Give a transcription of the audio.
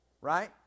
right